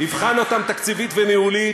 יבחן אותם תקציבית וניהולית,